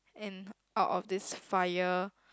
and out of this fire